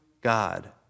God